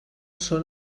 són